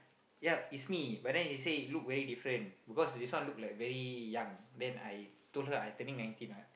yup is me but then it say it look very different because this one look like very young then I told her I turning nineteen ah